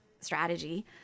strategy